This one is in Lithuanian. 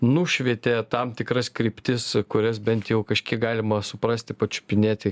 nušvietė tam tikras kryptis kurias bent jau kažkiek galima suprasti pačiupinėti